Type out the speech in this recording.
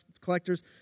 collectors